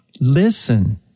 listen